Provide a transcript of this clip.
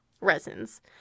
resins